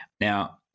now